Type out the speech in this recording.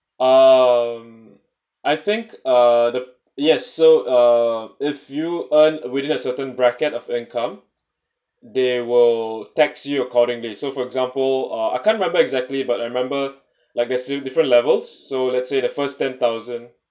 um I think uh the yes so uh if you earn within a certain bracket of income they will tax you accordingly so for example uh I can't remember exactly but I remember like there's different levels so let's say the first ten thousand